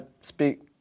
speak